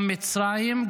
גם מצרים,